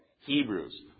Hebrews